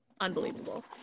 unbelievable